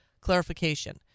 clarification